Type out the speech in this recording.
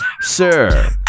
sir